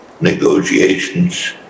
negotiations